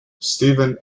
stephen